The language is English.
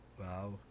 Wow